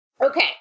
okay